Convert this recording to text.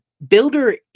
Builder